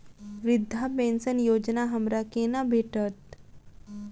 वृद्धा पेंशन योजना हमरा केना भेटत?